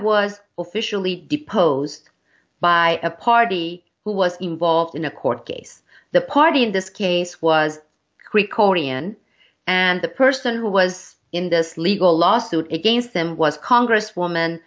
was officially deposed by a party who was involved in a court case the party in this case was quick orian and the person who was in this legal lawsuit against them was congresswoman